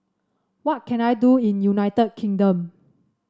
what can I do in United Kingdom